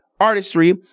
artistry